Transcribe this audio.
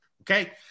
okay